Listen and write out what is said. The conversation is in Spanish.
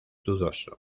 dudoso